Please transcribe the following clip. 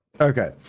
Okay